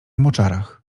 moczarach